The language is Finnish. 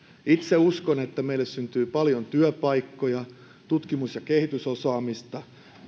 itse uskon että meille syntyy paljon työpaikkoja tutkimus ja kehitysosaamista